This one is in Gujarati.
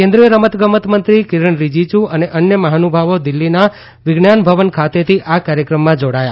કેન્દ્રીય રમતગમત મંત્રી કિરણ રીજીજુ અને અન્ય મહાનુભાવો દિલ્હીના વિજ્ઞાન ભવન ખાતેથી આ કાર્યક્રમમાં જોડાયા